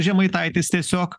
žemaitaitis tiesiog